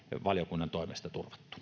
valiokunnan toimesta